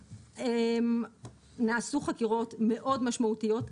נעשו חקירות מאוד משמעותיות,